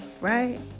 right